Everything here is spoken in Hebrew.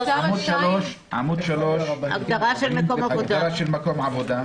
עמוד 3, הגדרה של מקום עבודה.